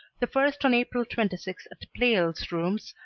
the first on april twenty six at pleyel's rooms,